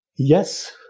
Yes